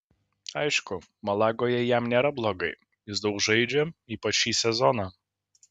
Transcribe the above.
aišku malagoje jam nėra blogai jis daug žaidžia ypač šį sezoną